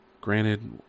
Granted